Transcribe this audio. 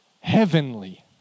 Heavenly